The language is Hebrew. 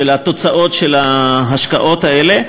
של התוצאות של ההשקעות האלה,